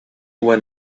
when